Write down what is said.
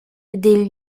des